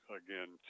again